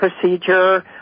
procedure